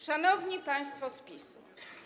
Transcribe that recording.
Szanowni Państwo z PiS-u!